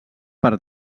per